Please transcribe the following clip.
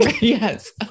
yes